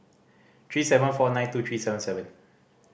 three seven four nine two three seven seven